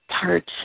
parts